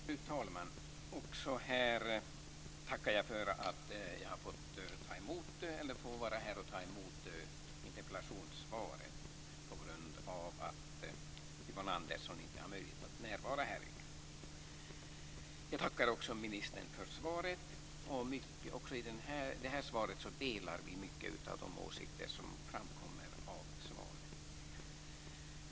Fru talman! Också nu tackar jag för att jag får vara här och ta emot interpellationssvaret eftersom Yvonne Andersson inte har möjlighet att närvara i kväll. Jag tackar också ministern för svaret. Vi delar många av de åsikter som framkommer i det här svaret också.